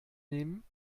nehmen